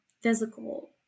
physical